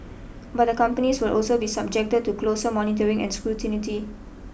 but the companies will also be subjected to closer monitoring and scrutinity